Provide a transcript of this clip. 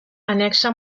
annexa